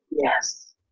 Yes